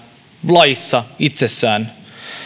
laissa itsessään